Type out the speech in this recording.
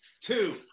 Two